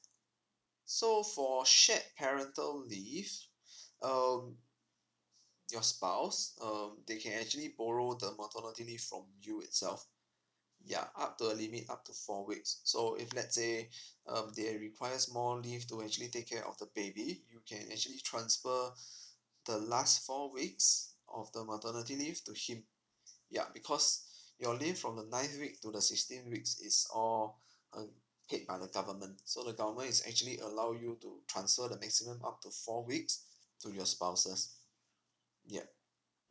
so for shared parental leaves uh your spouse um they can actually borrow the maternity leave from you itself ya up to a limit up to four weeks so if let's say uh they requires more leave to actually take care of the baby you can actually transfer the last four weeks of the maternity leave to him ya because your leave from the nineth week to the sixteenth week is all paid by the government so the government is actually allow you to transfer the maximum up to four weeks to your spouses ya